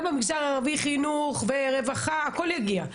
גם במגזר הערבי, חינוך ורווחה - הכל יגיע.